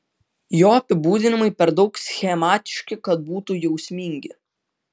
jo apibūdinimai per daug schematiški kad būtų jausmingi